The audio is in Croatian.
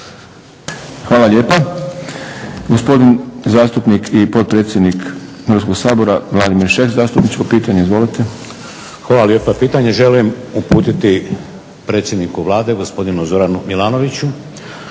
Hvala lijepa. Gospodin zastupnik i potpredsjednik Hrvatskog sabora Vladimir Šeks, zastupničko pitanje. **Šeks, Vladimir (HDZ)** Hvala lijepa. Pitanje želim uputiti predsjedniku Vlade gospodinu Zoranu Milanoviću.